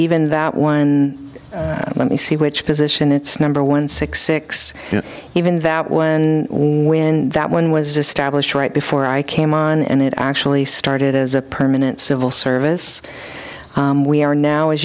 even that one let me see which position it's number one six six even that when when that one was established right before i came on and it actually started as a permanent civil service we are now